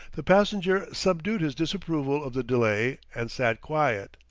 the passenger subdued his disapproval of the delay, and sat quiet.